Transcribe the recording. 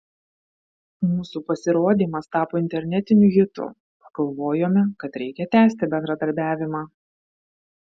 mūsų pasirodymas tapo internetiniu hitu pagalvojome kad reikia tęsti bendradarbiavimą